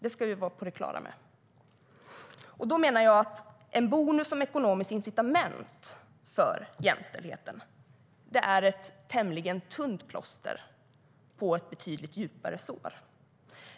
Det ska vi vara på det klara med. En bonus som ekonomiskt incitament för jämställdheten är ett tämligen tunt plåster på ett djupt sår.